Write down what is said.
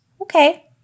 Okay